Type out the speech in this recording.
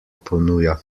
ponuja